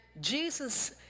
Jesus